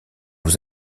aux